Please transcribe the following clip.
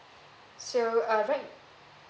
so uh right